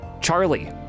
Charlie